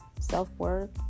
Self-worth